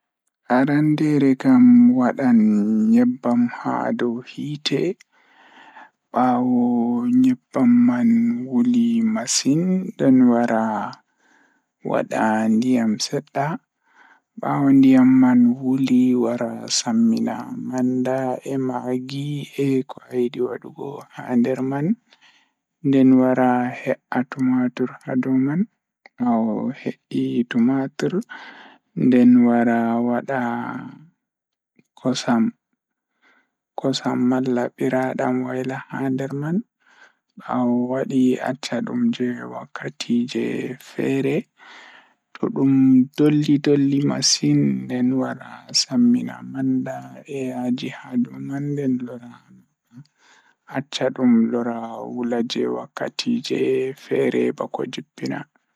Jokkondir cuuraande e dakarol onion, garlic, e ginger. Njiddaade cuuraande ngal e kadi sabuɓe turmeric, cumin, curry powder, e chili pepper. Foti waawaa njiddaade kadi noone tomatoes, coconut milk, e broth ngam moƴƴaare. Hokkondir njum ngal he ɗuɗɗo ndiyam ngal holla. Nde nguurndam ngal waawataa njiddaade ngol leydi.